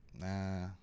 nah